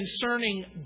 concerning